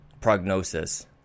prognosis